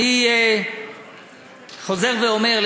אני חוזר ואומר,